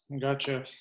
Gotcha